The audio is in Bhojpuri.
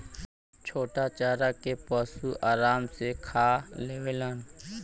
छोटा चारा के पशु आराम से खा लेवलन